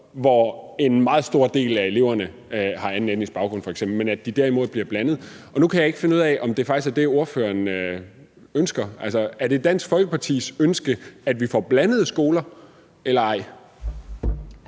hvor en meget stor del af eleverne har anden etnisk baggrund f.eks., men at de derimod bliver blandet. Nu kan jeg ikke finde ud af, om det faktisk er det, ordføreren ønsker. Er det Dansk Folkepartis ønske, at vi får blandede skoler, eller ej?